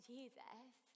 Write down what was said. Jesus